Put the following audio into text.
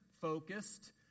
focused